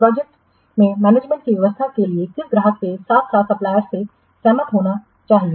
project के management की व्यवस्था को किस ग्राहक के साथ साथ सप्लायर्ससे सहमत होना चाहिए